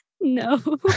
No